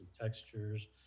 textures